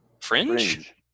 fringe